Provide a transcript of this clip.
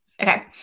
Okay